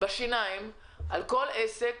בשיניים על כל עסק